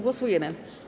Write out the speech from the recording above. Głosujemy.